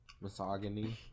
Misogyny